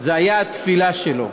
היה התפילה שלו.